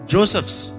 Joseph's